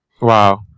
Wow